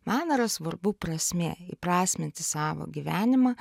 man yra svarbu prasmė įprasminti savo gyvenimą